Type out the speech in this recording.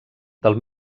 del